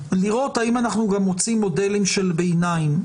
לראות האם אנחנו גם מוצאים מודלים של ביניים.